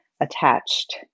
attached